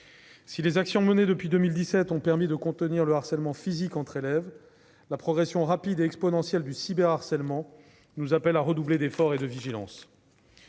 Si les actions menées depuis 2017 ont permis de contenir le harcèlement « physique » entre élèves, la progression rapide et exponentielle du cyberharcèlement nous appelle à redoubler d'efforts et de vigilance.